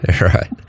Right